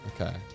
Okay